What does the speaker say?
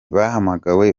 bahamagawe